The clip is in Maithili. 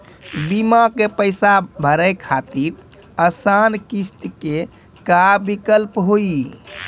बीमा के पैसा भरे खातिर आसान किस्त के का विकल्प हुई?